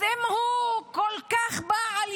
אז אם הוא כל כך בעל